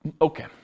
Okay